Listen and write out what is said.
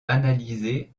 analyser